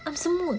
semua